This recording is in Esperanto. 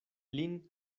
lin